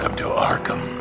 to arkham,